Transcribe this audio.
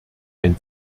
ein